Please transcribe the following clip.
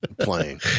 playing